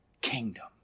kingdom